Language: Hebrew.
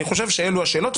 אני חושב שאלה השאלות,